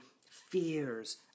fears